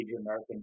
American